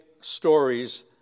stories